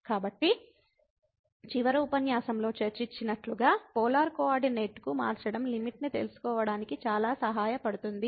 కాబట్టి చివరి ఉపన్యాసంలో చర్చించినట్లుగా పోలార్ కోఆర్డినేట్కు మార్చడం లిమిట్ ని తెలుసుకోవడానికి చాలా సహాయపడుతుంది